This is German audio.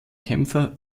kämpfer